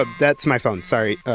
ah that's my phone. sorry,